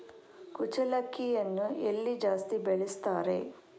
ಕುಚ್ಚಲಕ್ಕಿಯನ್ನು ಎಲ್ಲಿ ಜಾಸ್ತಿ ಬೆಳೆಸ್ತಾರೆ?